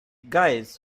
guys